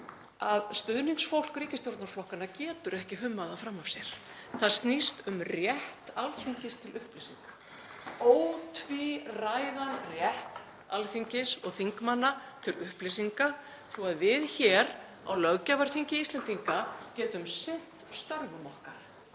að stuðningsfólk ríkisstjórnarflokkanna getur ekki hummað það fram af sér. Það snýst um rétt Alþingis til upplýsinga, ótvíræðan rétt Alþingis og þingmanna til upplýsingar svo að við hér á löggjafarþingi Íslendinga getum sinnt störfum okkar.